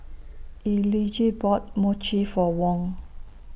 Elige bought Mochi For Wong